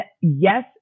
yes